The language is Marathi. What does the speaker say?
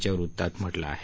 च्या वृत्तात म्हटलं आहे